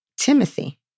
Timothy